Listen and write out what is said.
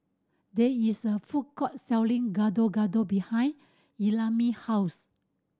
there is a food court selling Gado Gado behind Ellamae house